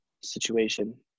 situation